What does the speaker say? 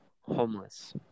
homeless